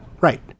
Right